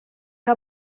que